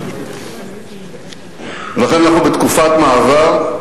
ולכן אנחנו בתקופת מעבר,